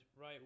right